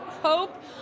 hope